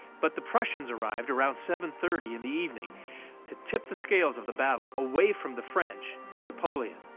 but the prussians arrived around seven thirty in the evening to tip the scales of the battle away from the french. and napoleon,